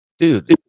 Dude